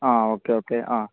ആ okay okay ആ